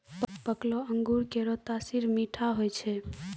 पकलो अंगूर केरो तासीर मीठा होय छै